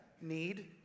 need